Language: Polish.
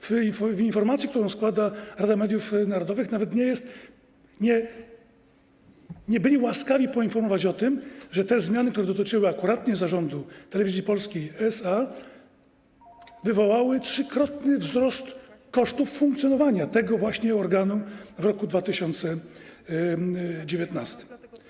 W informacji, którą składa Rada Mediów Narodowych, nawet nie byli łaskawi poinformować o tym, że te zmiany, które dotyczyły akuratnie Zarządu Telewizji Polskiej SA, wywołały trzykrotny wzrost kosztów funkcjonowania tego właśnie organu w roku 2019.